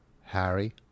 Harry